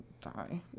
die